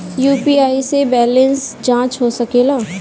UPI से balance जाँच हो सके ला?